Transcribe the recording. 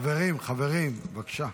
חברים, חברים, בבקשה.